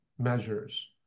measures